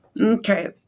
Okay